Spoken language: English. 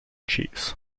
jeeves